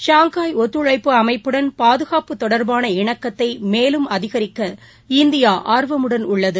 Shanghai ஒத்துழைப்பு அமைப்புடன் பாதுகாப்பு தொடர்பான இணக்கத்தைமேலும் அதிகரிக்க இந்தியாஆர்வமுடன் உள்ளது